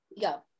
go